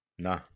Nah